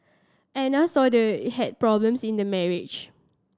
Anna saw they had problems in the marriage